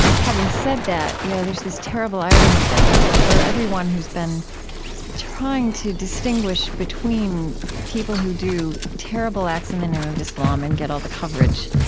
having said that yeah there's this terrible irony that for everyone who's been trying to distinguish between people who do terrible acts in the name of islam and get all the coverage,